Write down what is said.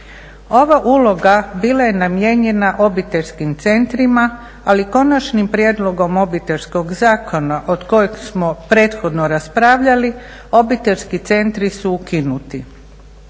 Ova uloga bila je namijenjena obiteljskim centrima ali konačnim prijedlogom Obiteljskog zakona o kojem smo prethodno raspravljali obiteljski centri su ukinuti.